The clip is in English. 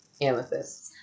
amethyst